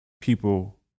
people